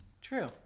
True